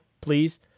please